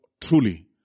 truly